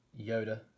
Yoda